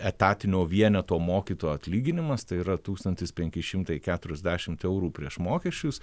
etatinio vieneto mokytojo atlyginimas tai yra tūkstantis penki šimtai keturiasdešimt eurų prieš mokesčius